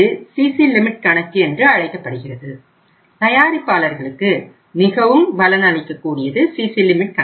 இது CC limit